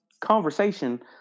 conversation